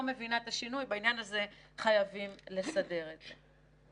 מבינה את השינוי - בעניין הזה חייבים לסדר את זה.